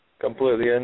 completely